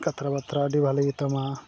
ᱠᱟᱛᱷᱟ ᱵᱟᱨᱛᱟ ᱟᱹᱰᱤ ᱵᱷᱟᱞᱤ ᱜᱮᱛᱟᱢᱟ